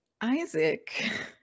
Isaac